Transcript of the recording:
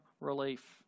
relief